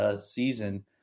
season